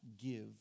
give